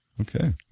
Okay